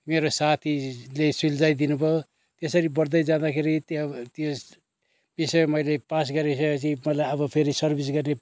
मेरो साथीले सुल्झाइदिनु भयो त्यसरी बढ्दै जाँदाखेरि त्यो त्यस विषय मैले पास गरिसकेपछि मलाई अब फेरि सर्भिस गर्ने